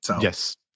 Yes